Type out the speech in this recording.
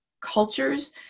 cultures